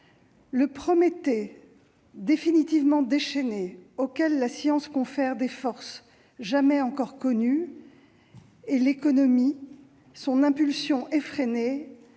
Le Prométhée définitivement déchaîné, auquel la science confère des forces jamais encore connues et l'économie son impulsion effrénée,